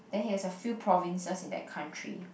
then he has a few provinces in that country